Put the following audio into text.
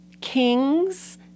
Kings